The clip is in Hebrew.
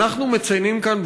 אנחנו מציינים כאן,